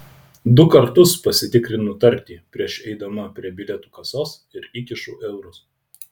du kartus pasitikrinu tartį prieš eidama prie bilietų kasos ir įkišu eurus